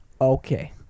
okay